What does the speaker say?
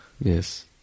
Yes